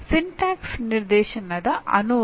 syntax ನಿರ್ದೇಶನದ ಅನುವಾದ